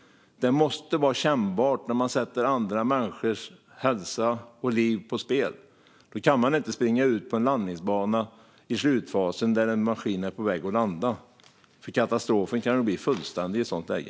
Det måste vara kännbart när man sätter andra människors hälsa och liv på spel. Man kan inte springa ut på en landningsbana i slutfasen när en maskin är på väg att landa. Katastrofen kan bli fullständig i ett sådant läge.